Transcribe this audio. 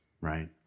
right